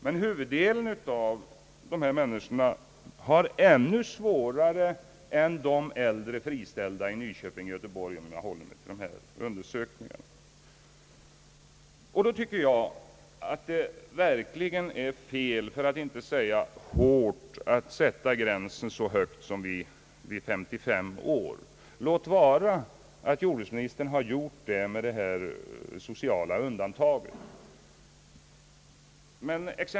Men huvuddelen av dessa människor har ännu svårare än de äldre friställda i Nyköping och Malmö 0. s. Vv. — om jag nu håller mig till dessa undersökningar. Då tycker jag att det är fel, för att inte säga hårt, att sätta gränsen så högt som vid 55 år, låt vara att jordbruksministern gjort det med detta sociala undantag.